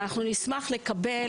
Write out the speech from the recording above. נשמח לקבל,